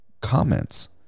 comments